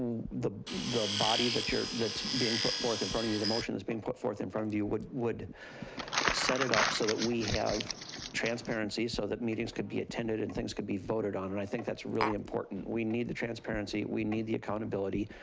the the body that's being put forth in front of you, the motion that's being put forth in front of you would would set it up so that we have transparency, so that meetings could be attended and things could be voted on. and i think that's really important. we need the transparency, we need the accountability.